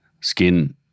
skin